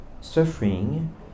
suffering